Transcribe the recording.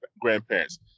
grandparents